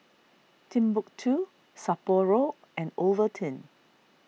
Timbuk two Sapporo and Ovaltine